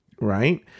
Right